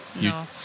no